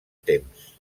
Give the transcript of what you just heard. temps